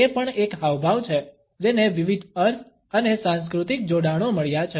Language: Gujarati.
તે પણ એક હાવભાવ છે જેને વિવિધ અર્થ અને સાંસ્કૃતિક જોડાણો મળ્યા છે